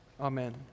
Amen